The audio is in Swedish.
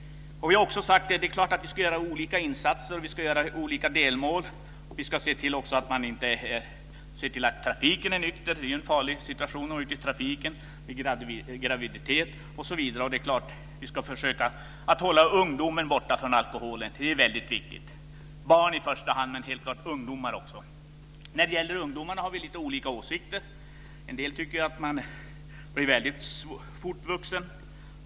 Vi har också sagt att det är klart att vi ska göra olika insatser och ha olika delmål. Vi ska också se till att man är nykter i trafiken. Det är ju en farlig situation att vara ute i trafiken om man är onykter. Det är också farligt med alkohol vid graviditet, osv. Och vi ska försöka hålla ungdomar borta från alkohol. Det är väldigt viktigt. I första hand gäller det barn men också ungdomar. När det gäller ungdomarna har vi lite olika åsikter. En del tycker att man blir vuxen väldigt fort.